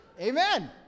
Amen